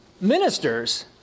ministers